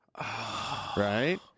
Right